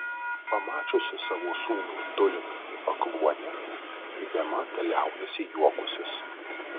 pamačiusi savo sūnų dūlinant į pakluonę ji bemat liaujasi juokusis